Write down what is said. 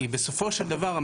כי בסופו של דבר,